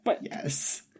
Yes